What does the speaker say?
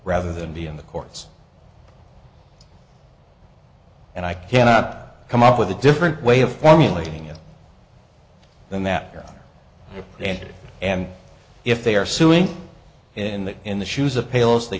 rather than be in the courts and i cannot come up with a different way of formulating it than that and it and if they are suing in that in the shoes of pails they